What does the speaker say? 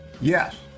Yes